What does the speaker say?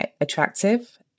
attractive